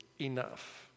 enough